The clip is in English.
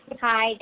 Hi